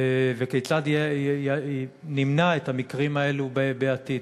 וכיצד נמנע את המקרים האלו בעתיד?